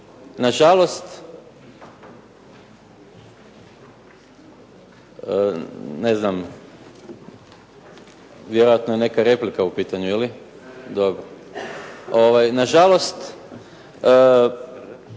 Na žalost, ne znam vjerojatno je neka replika u pitanju ili? Dobro. Na žalost,